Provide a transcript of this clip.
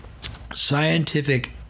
scientific